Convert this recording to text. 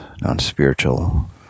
non-spiritual